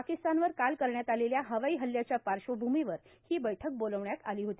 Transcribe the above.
पाकिस्तानवर काल करण्यात आलेल्या हवाई हल्ल्याच्या पार्श्वभूमीवर ही बैठक बोलावण्यात आली होती